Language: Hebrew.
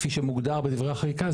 כפי שמוגדר בדברי החקיקה,